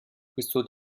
questo